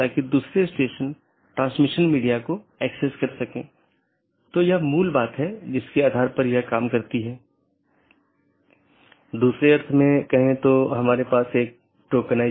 और फिर दूसरा एक जीवित है जो यह कहता है कि सहकर्मी उपलब्ध हैं या नहीं यह निर्धारित करने के लिए कि क्या हमारे पास वे सब चीजें हैं